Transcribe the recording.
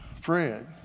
Fred